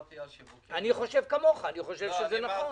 אני חושב כמוך, אני חושב שזה נכון.